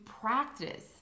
practice